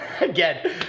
again